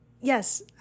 Yes